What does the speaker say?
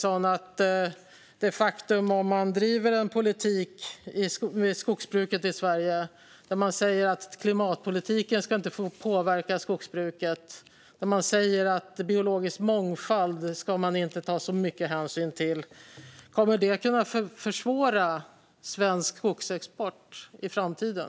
Om man driver en skogsbrukspolitik i Sverige där man säger att klimatpolitiken inte ska få påverka skogsbruket och att man inte ska ta så mycket hänsyn till biologisk mångfald, tror Åsa Eriksson att det kommer att kunna försvåra svensk skogsexport i framtiden?